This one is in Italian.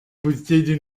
possiede